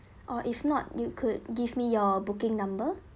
or if not you could give me your booking number